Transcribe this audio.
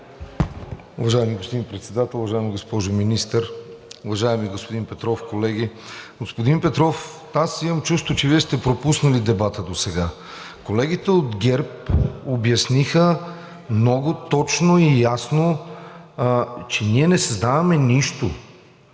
Уважаеми господин Председател, уважаема госпожо Министър, уважаеми господин Петров, колеги! Господин Петров, аз имам чувството, че Вие сте пропуснали дебата досега. Колегите от ГЕРБ обясниха много точно и ясно, че ние не създаваме нищо